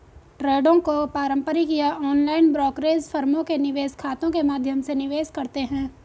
ट्रेडों को पारंपरिक या ऑनलाइन ब्रोकरेज फर्मों के निवेश खातों के माध्यम से निवेश करते है